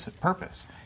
purpose